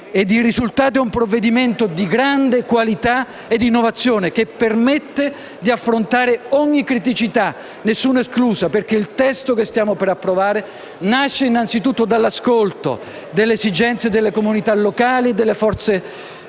è risultato un provvedimento di grande qualità e innovazione, che permette di affrontare ogni criticità, nessuna esclusa, perché il testo che stiamo per approvare nasce innanzitutto dall'ascolto delle esigenze delle comunità locali e delle forze sociali